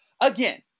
Again